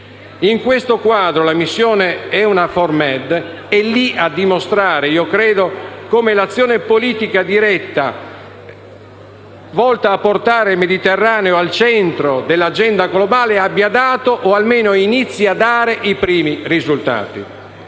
In questo quadro, la missione EUNAVFOR Med è li a dimostrare, io credo, come l'azione politica diretta, volta a portare il Mediterraneo al centro dell'agenda globale, abbia dato, o almeno inizi a dare, i primi risultati.